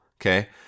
okay